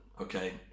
okay